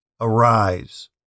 arise